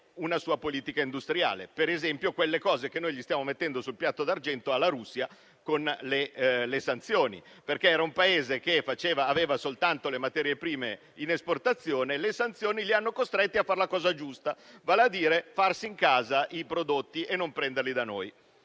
una sua politica industriale, che è esattamente ciò che stiamo mettendo su un piatto d'argento alla Russia con le sanzioni. Quello era un Paese che aveva soltanto le materie prime di importazione e le sanzioni l'hanno costretta a fare la cosa giusta, vale a dire a farsi in casa i prodotti e non prenderli da noi.